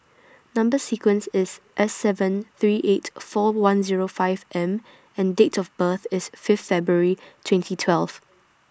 Number sequence IS S seven three eight four one Zero five M and Date of birth IS Fifth February twenty twelve